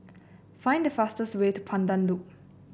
find the fastest way to Pandan Loop